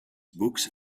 books